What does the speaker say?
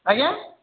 ଆଜ୍ଞା